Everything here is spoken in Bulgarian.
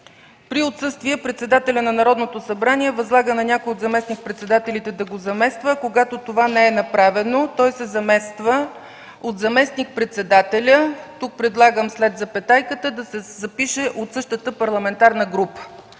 „При отсъствие председателят на Народното събрание възлага на някой от заместник-председателите да го замества, а когато това не е направено, той се замества от заместник-председателя...” – тук предлагам след запетайката да се запише „от същата парламентарна група”,